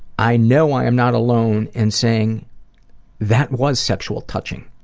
i know i am not alone in saying that was sexual touching,